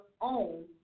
own